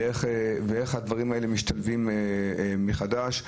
ואיך הדברים האלה משתלבים מחדש.